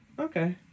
okay